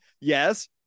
yes